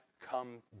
come